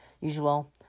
usual